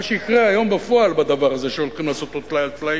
מה שיקרה היום בפועל בדבר הזה שהולכים לעשות אותו טלאי על טלאי,